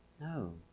No